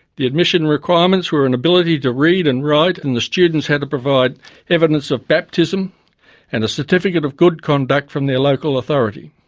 the admission requirements were an ability to read and write and the students had to provide evidence of baptism and a certificate of good conduct from their local authority.